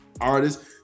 artists